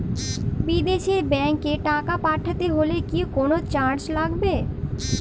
বিদেশের ব্যাংক এ টাকা পাঠাতে হলে কি কোনো চার্জ লাগবে?